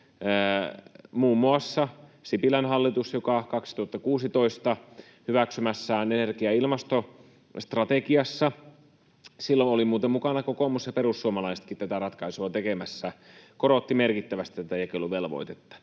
muun muassa Sipilän hallitus, joka 2016 hyväksymässään energia- ja ilmastostrategiassa — silloin olivat muuten mukana kokoomus ja perussuomalaisetkin tätä ratkaisua tekemässä — korotti merkittävästi tätä jakeluvelvoitetta.